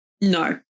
no